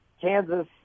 Kansas